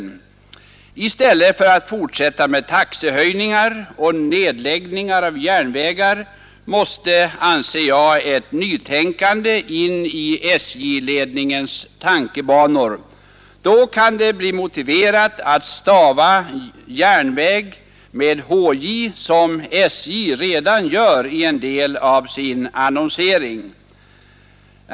Jag anser att SJ-ledningen i stället för att fortsätta med taxehöjningar och nedläggningar av järnvägar måste komma in på nya tankebanor. Då kan det bli motiverat att stava järnväg med hj, som SJ redan gör i en del av sin annonsering.